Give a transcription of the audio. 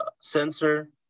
sensor